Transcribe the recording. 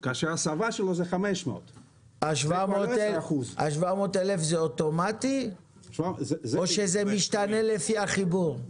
כאשר הסבה שלו זה 500. ה-700,000 זה אוטומטי או שזה משתנה לפי החיבור?